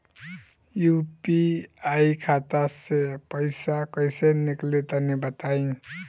UPI खाता से पइसा कइसे निकली तनि बताई?